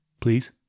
Please